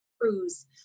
cruise